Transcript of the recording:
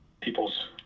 people's